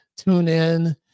TuneIn